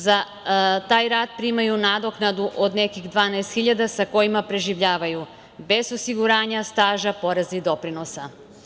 Za taj rad primaju nadoknadu od nekih 12 hiljada, sa kojima preživljavaju, bez osiguranja, staža, poreza i doprinosa.